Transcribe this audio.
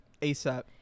ASAP